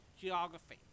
geography